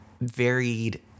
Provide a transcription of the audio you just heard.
varied